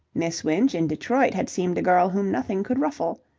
miss winch, in detroit, had seemed a girl whom nothing could ruffle.